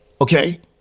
Okay